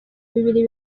bibiri